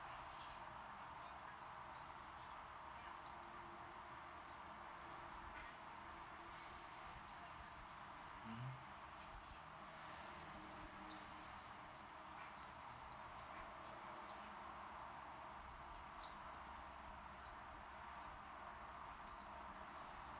mm